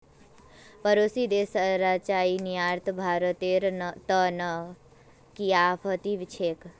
पड़ोसी देशत चाईर निर्यात भारतेर त न किफायती छेक